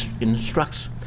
instructs